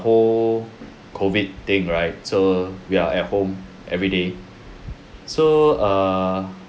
whole COVID thing right so we are at home every day so err